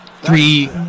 three